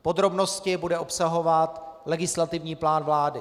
Podrobnosti bude obsahovat legislativní plán vlády.